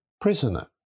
prisoner